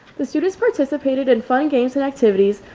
the students participated in fun games and activities,